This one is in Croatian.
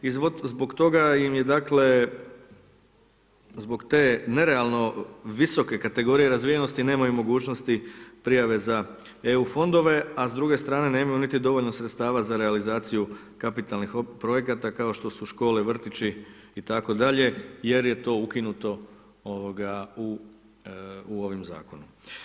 I zbog toga im je dakle, zbog te nerealno visoke kategorije razvijenosti nemaju mogućnost prijave za EU fondove, a s druge strane nemaju niti dovoljno sredstava za realizaciju kapitalnih projekata kao što su škole, vrtići itd. jer je to ukinuto u ovom zakonu.